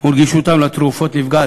וגישתם לתרופות נפגעת,